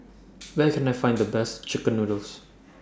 Where Can I Find The Best Chicken Noodles